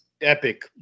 epic